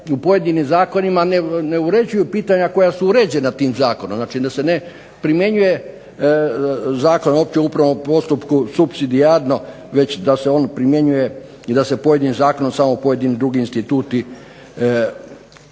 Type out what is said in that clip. u pojedinim zakonima ne uređuju pitanja koja su uređena tim zakonom, znači da se ne primjenjuje Zakon o općem upravnom postupku supsidijarno, već da se on primjenjuje i da se pojedinim zakonom samo pojedini drugi instituti propisuju.